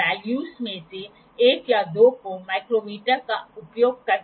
M25 slips के set का उपयोग करके स्लिप गेज की ऊंचाई और स्लिपस के आकार का निर्धारण करें